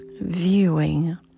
viewing